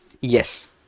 yes